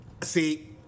See